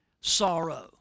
sorrow